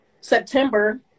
September